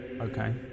Okay